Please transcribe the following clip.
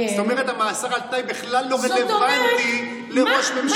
זה אומר שהמאסר על תנאי בכלל לא רלוונטי לראש ממשלה.